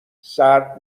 سرد